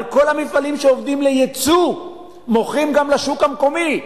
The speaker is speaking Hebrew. אבל כל המפעלים שעובדים ליצוא מוכרים גם לשוק המקומי,